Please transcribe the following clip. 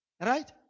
Right